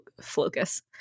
focus